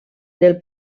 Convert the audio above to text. del